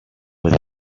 with